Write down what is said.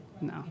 No